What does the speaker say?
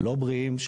לא בריאים,